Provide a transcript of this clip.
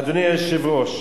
אדוני היושב-ראש,